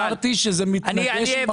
אמרתי שזה מתנגש עם החוק.